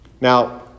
Now